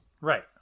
Right